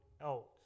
else